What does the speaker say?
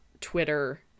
Twitter